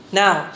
now